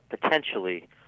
potentially